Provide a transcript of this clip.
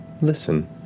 Listen